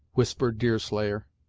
whispered deerslayer,